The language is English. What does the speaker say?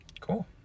Cool